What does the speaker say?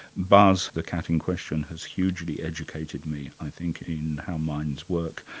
buzz, the cat in question, has hugely educated me i think in how minds work.